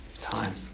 time